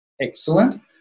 Excellent